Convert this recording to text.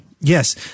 Yes